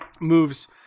moves